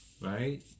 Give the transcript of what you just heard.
Right